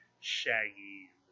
Shaggy